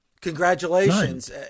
Congratulations